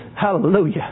Hallelujah